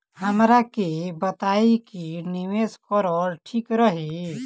हमरा के बताई की निवेश करल ठीक रही?